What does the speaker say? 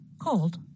cold